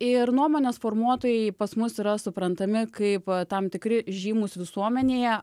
ir nuomonės formuotojai pas mus yra suprantami kaip tam tikri žymūs visuomenėje